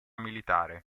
militare